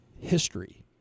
history